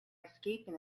escaping